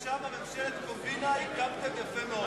חבר הכנסת שאמה, ממשלת קומבינה הקמתם יפה מאוד.